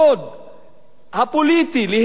הפוליטי להתנגד לכיבוש,